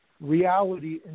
reality